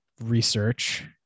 research